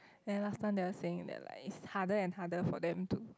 then last time they were saying that like it's harder and harder for them to